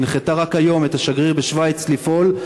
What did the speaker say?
שהנחתה רק היום את השגריר בשווייץ לפעול,